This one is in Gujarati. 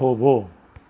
થોભો